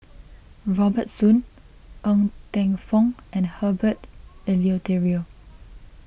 Robert Soon Ng Teng Fong and Herbert Eleuterio